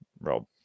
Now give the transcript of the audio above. Rob